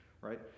right